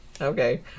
okay